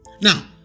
Now